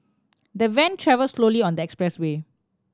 the van travelled slowly on the expressway